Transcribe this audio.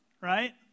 right